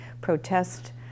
protest